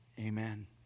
amen